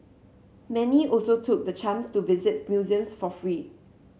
many also took the chance to visit museums for free